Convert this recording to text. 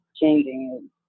changing